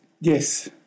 yes